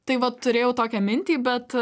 tai vat turėjau tokią mintį bet